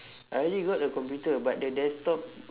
I already got a computer but the desktop